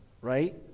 right